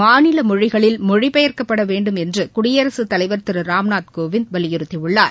மாநிலமொழிகளில் மொழிபெயர்க்கப்படவேண்டும் என்றுகுடியரசுத் தலைவர் திருராம்நாத் கோவிந்த் வலியுறுத்தியுள்ளார்